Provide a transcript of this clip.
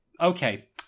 Okay